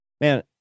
man